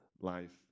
life